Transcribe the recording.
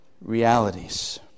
realities